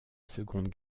seconde